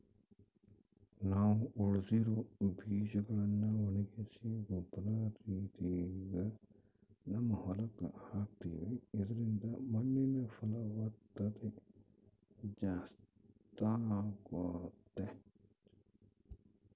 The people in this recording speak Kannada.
ನಾವು ಉಳಿದಿರೊ ಬೀಜಗಳ್ನ ಒಣಗಿಸಿ ಗೊಬ್ಬರ ರೀತಿಗ ನಮ್ಮ ಹೊಲಕ್ಕ ಹಾಕ್ತಿವಿ ಇದರಿಂದ ಮಣ್ಣಿನ ಫಲವತ್ತತೆ ಜಾಸ್ತಾಗುತ್ತೆ